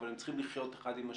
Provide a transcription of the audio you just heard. אבל הם צריכים לחיות עם אחד השני,